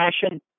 passion